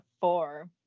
four